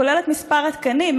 כולל את מספר התקנים,